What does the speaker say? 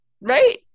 Right